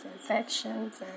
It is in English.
infections